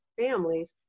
families